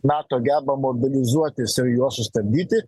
nato geba mobilizuotisir juos sustabdyti